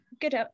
good